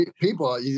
People